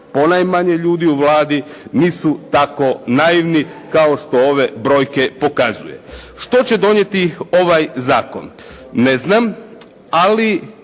ponajmanje ljudi u Vladi nisu tako naivni kao što ove brojke pokazuju. Što će donijeti ovaj zakon? Ne znam, ali